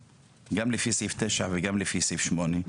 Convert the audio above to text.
גם לפי סעיף 9 וגם לפי סעיף 8,